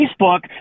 Facebook